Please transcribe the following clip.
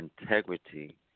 integrity